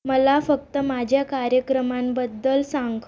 मला फक्त माझ्या कार्यक्रमांबद्दल सांग